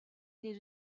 нэр